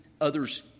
others